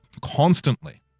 constantly